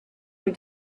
your